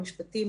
המשפטים,